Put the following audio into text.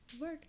Work